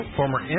former